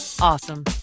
awesome